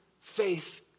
faith